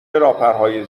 پرهای